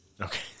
Okay